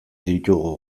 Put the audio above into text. ditugu